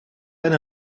eine